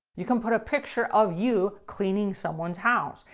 you can put a picture of you cleaning someone's house.